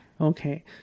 Okay